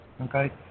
Okay